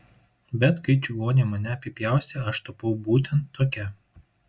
bet kai čigonė mane apipjaustė aš tapau būtent tokia